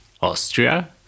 austria